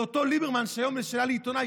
זה אותו ליברמן שהיום לשאלה של עיתונאי